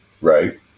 right